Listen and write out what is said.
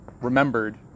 remembered